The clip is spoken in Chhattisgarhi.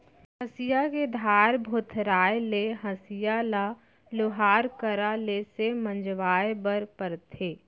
हँसिया के धार भोथराय ले हँसिया ल लोहार करा ले से मँजवाए बर परथे